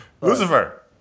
Lucifer